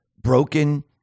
broken